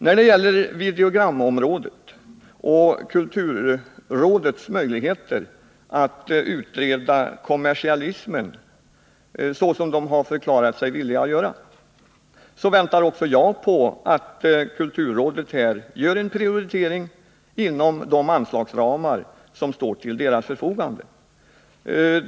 När det gäller videogramområdet och kulturrådets möjligheter att utreda kommersialismen, så som det förklarar sig villigt att göra, vill jag säga att också jag väntar på att kulturrådet skall göra en prioritering inom de anslagsramar som står till dess förfogande.